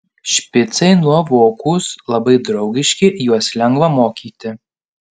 špicai nuovokūs labai draugiški juos lengva mokyti